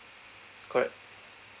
correct